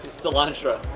cilantro.